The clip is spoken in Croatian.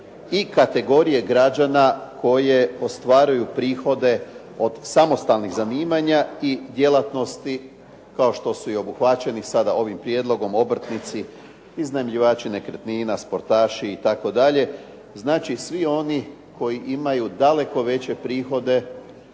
i kategorije građana koje ostvaruju prihode od samostalnih zanimanja i djelatnosti, kao što su i obuhvaćeni sada ovim prijedlogom obrtnici, iznajmljivači nekretnina, sportaši itd., znači svi oni koji imaju daleko veće prihode